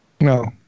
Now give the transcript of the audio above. No